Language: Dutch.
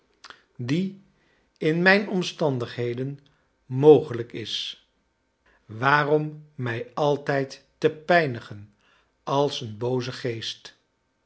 dorrit in mijn omstandigheden mogelijk is waarom mij altijd te pijnigen als een booze geest